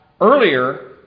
earlier